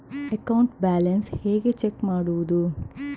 Account balance ಹೇಗೆ check ಮಾಡುವುದು?